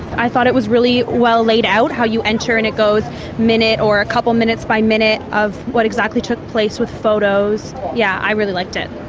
i thought it was really well laid out, how you enter and it goes minute or a couple of minutes by minute of what exactly took place, with photos. yes, yeah i really liked it.